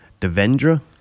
Devendra